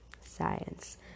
science